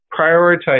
prioritize